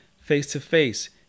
Face-to-face